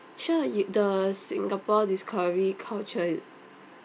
sure you the singapore discovery culture